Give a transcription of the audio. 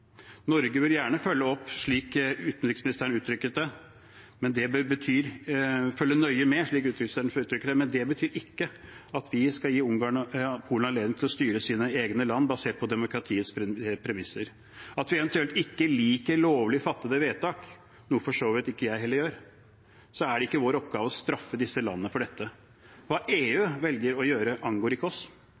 Norge vil gjerne følge nøye med, slik utenriksministeren uttrykte det, men det betyr ikke at vi ikke skal gi Polen og Ungarn anledning til å styre sine egne land basert på demokratiets premisser. At vi eventuelt ikke liker lovlig fattede vedtak, noe for så vidt ikke jeg heller gjør, betyr ikke at det er vår oppgave å straffe disse landene for dette. Hva EU velger å gjøre, angår ikke oss,